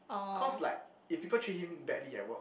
cause like if people treat him badly at work